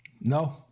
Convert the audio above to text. No